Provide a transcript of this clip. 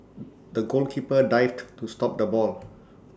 the goalkeeper dived to stop the ball